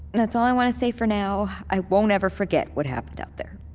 that's all i want to say for now i won't ever forget what happened out there